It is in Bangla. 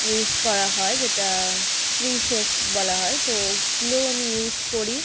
ইউস করা হয় যেটা প্রিসেফ বলা হয় তো ওগুলোও আমি ইউস করি